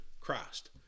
Christ